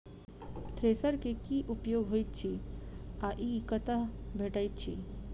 Thresher केँ की उपयोग होइत अछि आ ई कतह भेटइत अछि?